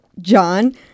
John